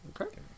Okay